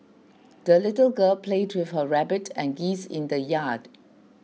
the little girl played with her rabbit and geese in the yard